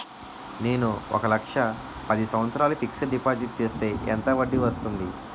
నేను ఒక లక్ష పది సంవత్సారాలు ఫిక్సడ్ డిపాజిట్ చేస్తే ఎంత వడ్డీ వస్తుంది?